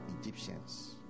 Egyptians